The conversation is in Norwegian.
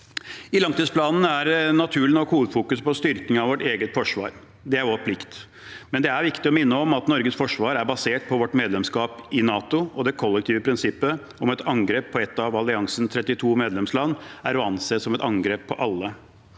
i langtidsplanen er naturlig nok styrking av vårt eget forsvar. Det er vår plikt. Men det er viktig å minne om at Norges forsvar er basert på vårt medlemskap i NATO og det kollektive prinsippet om at et angrep på et av alliansens 32 medlemsland er å anse som et angrep på alle.